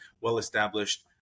well-established